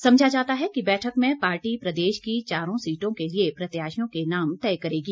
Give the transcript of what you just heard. समझा जाता है कि बैठक में पार्टी प्रदेश की चारों सीटों के लिए प्रत्याशियों के नाम तय करेगी